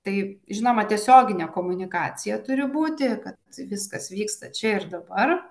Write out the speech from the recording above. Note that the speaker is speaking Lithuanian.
tai žinoma tiesioginė komunikacija turi būti kad viskas vyksta čia ir dabar